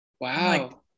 Wow